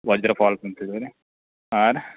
ವಜ್ರ ಫಾಲ್ಸ್ ಅಂತ್ಹೇಳಿ ರೀ ಹಾಂ ರೀ